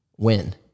Win